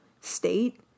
state